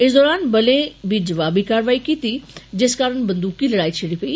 इस दौरान बलें बी जबाबी कारवाई कीती जिस कारण बन्दूकी लड़ई छिड़ी पेई